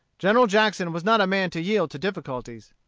general jackson was not a man to yield to difficulties.